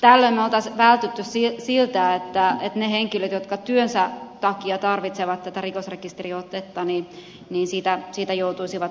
tällöin me olisimme välttyneet siltä että ne henkilöt jotka työnsä takia tarvitsevat tätä rikosrekisteriotetta siitä joutuisivat maksamaan